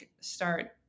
start